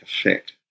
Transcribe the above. effect